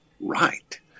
right